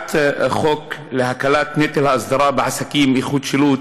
אנחנו עוברים להצעת חוק להקלת נטל האסדרה בעסקים (איחוד שילוט),